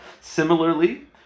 Similarly